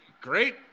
great